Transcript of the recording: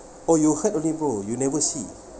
oh you heard only bro you never see